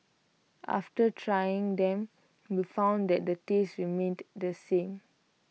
after trying them we found that the taste remained the same